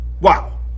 wow